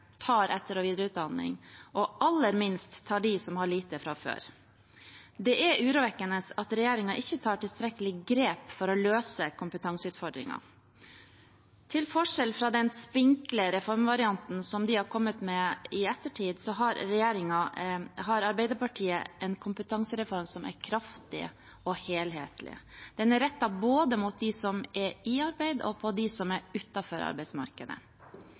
tar etter- og videreutdanning, og aller minst tar de som har lite fra før. Det er urovekkende at regjeringen ikke tar tilstrekkelig grep for å løse kompetanseutfordringen. Til forskjell fra den spinkle reformvarianten de har kommet med i ettertid, har Arbeiderpartiet en kompetansereform som er kraftig og helhetlig. Den er rettet både mot dem som er i arbeid, og mot dem som er utenfor arbeidsmarkedet.